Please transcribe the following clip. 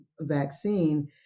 vaccine